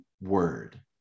word